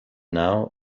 now